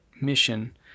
mission